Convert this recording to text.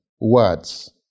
words